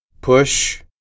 Push